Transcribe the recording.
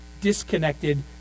disconnected